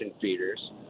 feeders